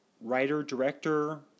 writer-director